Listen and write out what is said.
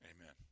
Amen